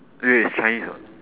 wait wait it's chinese ah